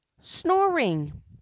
snoring